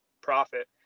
profit